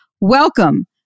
welcome